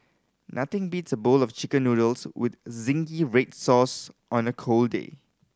nothing beats a bowl of Chicken Noodles with zingy red sauce on a cold day